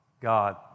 God